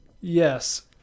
Yes